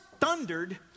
thundered